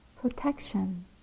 protection